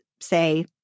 say